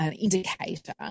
indicator